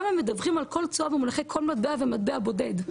וגם הם מדווחים על כל תשואה במונחי כל מטבע ומטבע בודד,